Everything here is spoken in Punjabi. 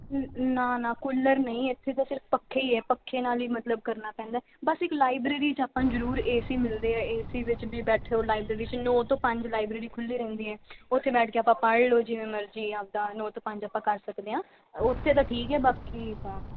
ਨਾ ਨਾ ਕੂਲਰ ਨਹੀਂ ਇੱਥੇ ਤਾਂ ਸਿਰਫ ਪੱਖੇ ਹੀ ਹੈ ਪੱਖੇ ਨਾਲ ਹੀ ਮਤਲਬ ਕਰਨਾ ਪੈਂਦਾ ਬਸ ਇੱਕ ਲਾਈਬ੍ਰੇਰੀ 'ਚ ਆਪਾਂ ਨੂੰ ਜ਼ਰੂਰ ਏ ਸੀ ਮਿਲਦੇ ਹੈ ਏ ਸੀ ਵਿੱਚ ਵੀ ਬੈਠੇ ਹੋ ਲਾਈਬ੍ਰੇਰੀ 'ਚ ਨੌ ਤੋਂ ਪੰਜ ਲਾਈਬ੍ਰੇਰੀ ਖੁੱਲ੍ਹੀ ਰਹਿੰਦੀ ਹੈ ਉੱਥੇ ਬੈਠ ਕੇ ਆਪਾਂ ਪੜ੍ਹ ਲਉ ਜਿਵੇਂ ਮਰਜ਼ੀ ਆਪਦਾ ਨੌ ਤੋਂ ਪੰਜ ਆਪਾਂ ਕਰ ਸਕਦੇ ਹਾਂ ਉੱਥੇ ਤਾਂ ਠੀਕ ਹੈ ਬਾਕੀ ਤਾਂ